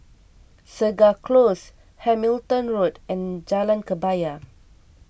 Segar Close Hamilton Road and Jalan Kebaya